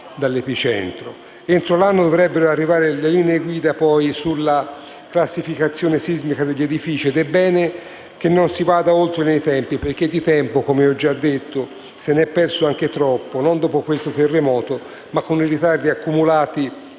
Entro l'anno dovrebbero poi arrivare le linee guida sulla classificazione sismica degli edifici ed è bene che non si vada oltre nei tempi perché di tempo, come ho già detto, se ne è perso anche troppo, non dopo questo terremoto, ma con i ritardi accumulati